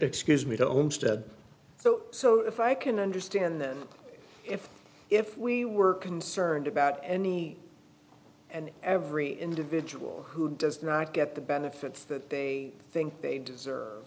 excuse me to own stead so so if i can understand that if if we were concerned about any and every individual who does not get the benefits that they think they deserve